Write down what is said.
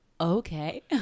okay